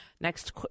Next